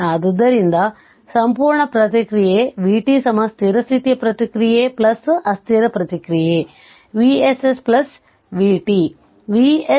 ಆದ್ದರಿಂದ ಸಂಪೂರ್ಣ ಪ್ರತಿಕ್ರಿಯೆ vt ಸ್ಥಿರ ಸ್ಥಿತಿಯ ಪ್ರತಿಕ್ರಿಯೆ ಅಸ್ಥಿರ ಪ್ರತಿಕ್ರಿಯೆ Vss vt